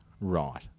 Right